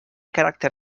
caràcter